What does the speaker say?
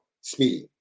speed